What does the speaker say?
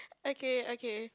okay okay